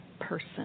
person